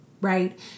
Right